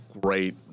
great